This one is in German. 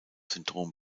syndrom